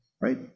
Right